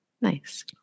Nice